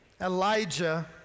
Elijah